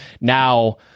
now